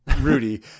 Rudy